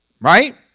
Right